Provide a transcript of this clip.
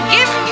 Give